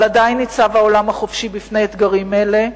אבל עדיין ניצב העולם החופשי בפני אתגרים אלה,